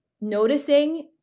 noticing